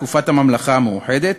תקופת הממלכה המאוחדת,